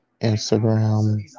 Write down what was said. Instagram